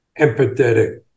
empathetic